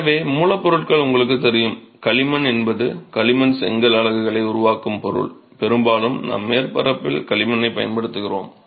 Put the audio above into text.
எனவே மூலப்பொருட்கள் உங்களுக்குத் தெரியும் களிமண் என்பது களிமண் செங்கல் அலகுகளை உருவாக்கும் பொருள் பெரும்பாலும் நாம் மேற்பரப்பில் களிமண்ணைப் பயன்படுத்துகிறோம்